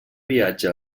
viatge